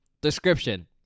Description